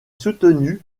soutenu